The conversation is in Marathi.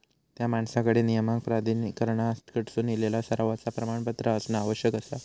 त्या माणसाकडे नियामक प्राधिकरणाकडसून इलेला सरावाचा प्रमाणपत्र असणा आवश्यक आसा